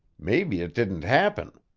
maybe it didn't happen.